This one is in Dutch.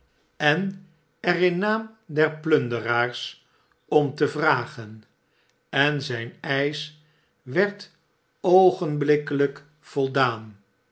en er in naam der plunderaars om te vragen en zijn eisch werd oogenblikkelijk voldaan